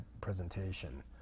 presentation